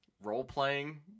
role-playing